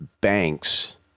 banks